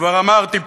וכבר אמרתי פה,